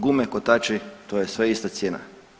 Gume, kotači, to je sve ista cijena.